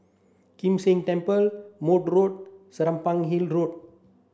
Kim San Temple Maude Road Serapong Hill Road